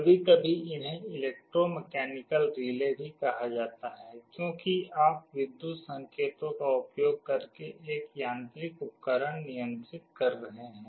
कभी कभी इन्हें इलेक्ट्रोमैकेनिकल रिले भी कहा जाता है क्योंकि आप विद्युत संकेतों का उपयोग करके एक यांत्रिक उपकरण नियंत्रित कर रहे हैं